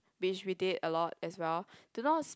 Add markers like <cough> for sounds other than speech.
please read it a lot as well do not <noise>